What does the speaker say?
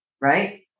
Right